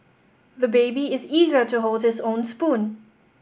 the baby is eager to hold his own spoon